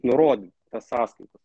nurodyt tą sąskaitą